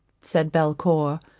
said belcour,